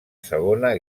segona